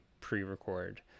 pre-record